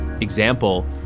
example